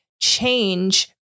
change